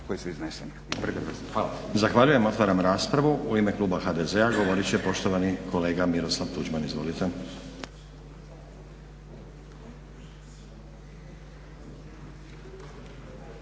koji su izneseni.